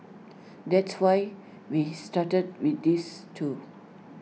that's why we started with these two